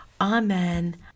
Amen